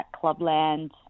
Clubland